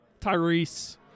Tyrese